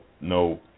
no